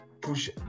push